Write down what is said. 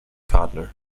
partner